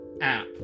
app